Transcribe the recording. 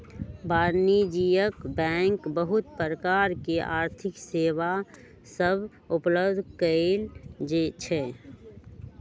वाणिज्यिक बैंक बहुत प्रकार के आर्थिक सेवा सभ उपलब्ध करइ छै